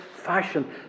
fashion